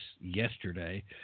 yesterday